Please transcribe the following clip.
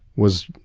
was,